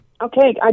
Okay